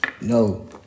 No